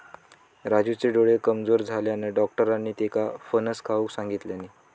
राजूचे डोळे कमजोर झाल्यानं, डाक्टरांनी त्येका फणस खाऊक सांगितल्यानी